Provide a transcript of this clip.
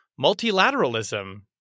multilateralism